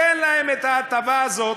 תן להם את ההטבה הזאת